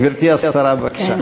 גברתי השרה, בבקשה.